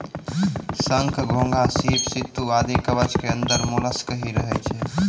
शंख, घोंघा, सीप, सित्तू आदि कवच के अंदर मोलस्क ही रहै छै